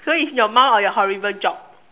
so it's your mom or your horrible job